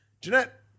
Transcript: Jeanette